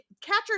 catchers